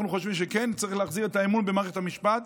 אנחנו חושבים שכן צריך להחזיר את האמון במערכת המשפט.